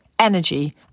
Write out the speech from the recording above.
energy